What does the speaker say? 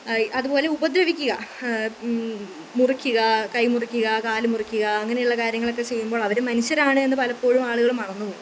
അതുപോലെ ഉപദ്രവിക്കുക മുറിക്കുക കൈ മുറിക്കുക കാൽ മുറിക്കുക അങ്ങനെയുള്ള കാര്യങ്ങളൊക്കെ ചെയ്യുമ്പോൾ അവർ മനുഷ്യരാണ് എന്ന് പലപ്പോഴും ആളുകൾ മറന്നുപോകും